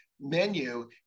menu